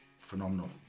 phenomenal